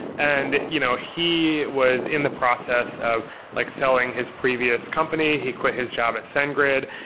and you know he was in the process of like selling his previous company. he quit his job at sendgrid.